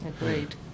Agreed